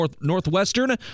Northwestern